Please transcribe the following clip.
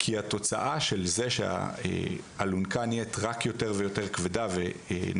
כי התוצאה של זה שהאלונקה נהיית רק יותר ויותר כבדה ונופלת